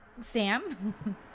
Sam